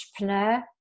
entrepreneur